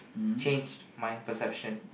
changed my perception